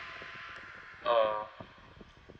uh